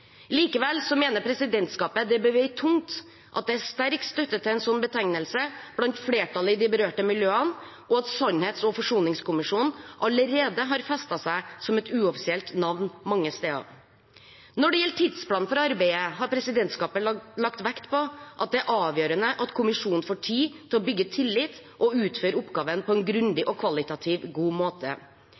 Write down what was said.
Likevel mener presidentskapet det bør veie tungt at det er sterk støtte til en sånn betegnelse blant flertallet i de berørte miljøene, og at sannhets- og forsoningskommisjonen allerede har festet seg som et uoffisielt navn mange steder. Når det gjelder tidsplanen for arbeidet, har presidentskapet lagt vekt på at det er avgjørende at kommisjonen får tid til å bygge tillit og utføre oppgaven på en grundig og kvalitativt god måte.